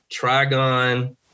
Trigon